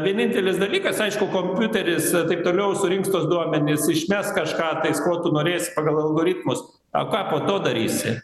vienintelis dalykas aišku kompiuteris taip toliau surinks tuos duomenis išmes kažką tais ko tu norėsi pagal algoritmus o ką po to darysi